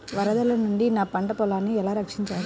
వరదల నుండి నా పంట పొలాలని ఎలా రక్షించాలి?